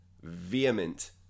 vehement